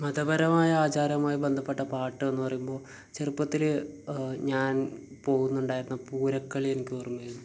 മതപരമായ ആചാരമായി ബന്ധപ്പെട്ട പാട്ടെന്ന് പറയുമ്പോൾ ചെറുപ്പത്തിൽ ഞാൻ പോകുന്നുണ്ടായിരുന്ന പൂരക്കളി എനിക്ക് ഓർമ്മ വരുന്നു